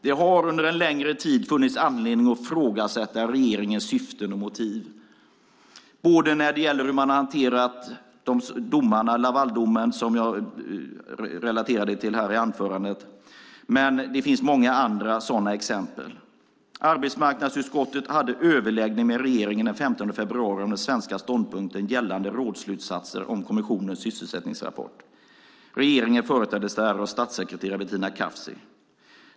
Det har under en längre tid funnits anledning att ifrågasätta regeringens syften och motiv. Det gäller hur man hanterat Lavaldomen, som jag relaterade till, med det finns många andra sådana exempel. Arbetsmarknadsutskottet hade överläggning med regeringen den 15 februari om den svenska ståndpunkten gällande rådsslutsatser om kommissionens sysselsättningsrapport. Regeringen företräddes där av statssekreterare Bettina Kashefi.